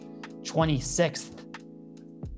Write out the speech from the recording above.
26th